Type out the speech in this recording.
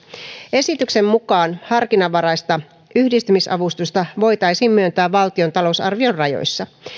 esityksen mukaan harkinnanvaraista yhdistymisavustusta voitaisiin myöntää valtion talousarvion rajoissa